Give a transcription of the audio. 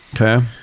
Okay